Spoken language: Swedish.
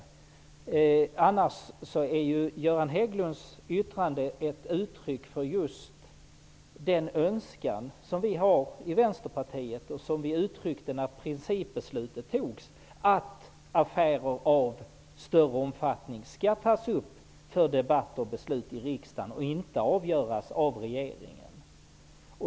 I annat fall är Göran Hägglunds yttrande ett uttryck för den önskan som vi har i Vänsterpartiet. Vi uttryckte den när principbeslutet fattades, nämligen att affärer av större omfattning skall tas upp till debatt och beslut i riksdagen och inte avgöras av regeringen.